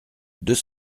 deux